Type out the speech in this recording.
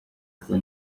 akaba